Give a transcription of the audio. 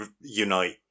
unite